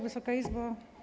Wysoka Izbo!